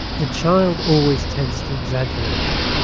the child always tends to exaggerate it,